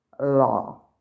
law